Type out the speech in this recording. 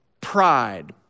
pride